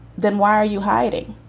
then why are you hiding?